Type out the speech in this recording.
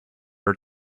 are